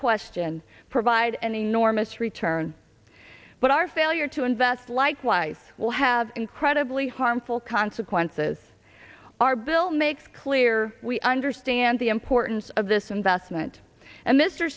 question provide an enormous return but our failure to invest likewise will have incredibly harmful consequences our bill makes clear we understand the importance of this investment and mr